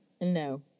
No